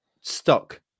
stuck